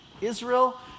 Israel